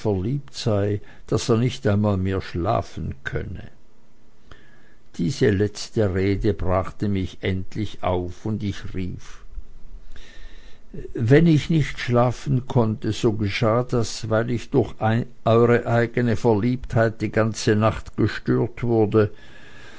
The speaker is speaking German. verliebt sei daß er nicht einmal mehr schlafen könne diese letzte rede brachte mich endlich auf und ich rief wenn ich nicht schlafen konnte so geschah das weil ich durch euere eigene verliebtheit die ganze nacht gestört wurde